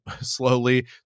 slowly